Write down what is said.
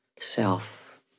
self